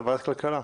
לוועדת הכלכלה.